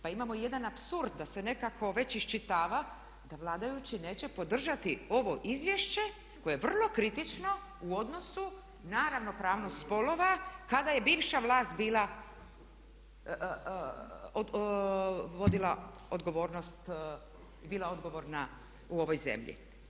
Pa imamo i jedan apsurd da se nekako već iščitava da vladajući neće podržati ovo izvješće koje je vrlo kritično u odnosu na ravnopravnost spolova kada je bivša vlast vodila odgovornost i bila odgovorna u ovoj zemlji.